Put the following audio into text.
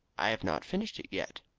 i have not finished it yet.